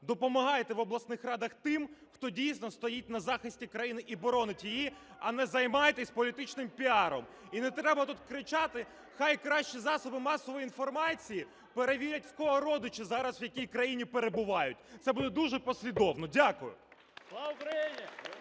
допомагайте в обласних радах тим, хто дійсно стоїть на захисті країни і боронить її, а не займайтеся політичним піаром. І не треба тут кричати, нехай краще засоби масової інформації перевірять, в кого родичі зараз в якій країні перебувають, це буде дуже послідовно. Дякую.